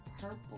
Purple